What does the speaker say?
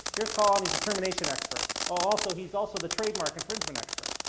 here's carl and he's a termination expert. oh, also, he's also the trademark infringement expert.